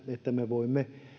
että me voimme